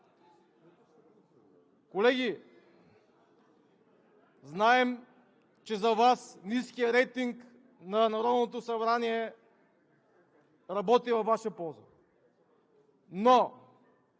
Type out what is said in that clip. Колеги, знаем, че за Вас ниският рейтинг на Народното събрание работи във Ваша полза, но